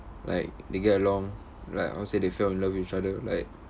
like they get along like how to say they fell in love with each other like